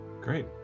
great